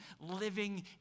living